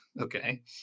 okay